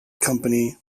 company